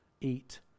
eat